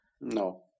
no